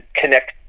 connect